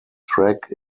track